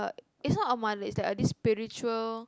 is not a mother is like a this spiritual